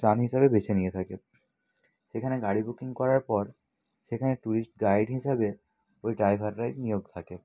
যান হিসাবে বেছে নিয়ে থাকে সেখানে গাড়ি বুকিং করার পর সেখানে টুরিস্ট গাইড হিসাবে ওই ড্রাইভাররাই নিয়োগ থাকে